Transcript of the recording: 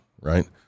Right